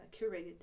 curated